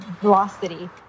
velocity